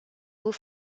beau